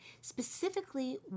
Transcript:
specifically